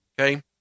okay